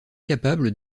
capables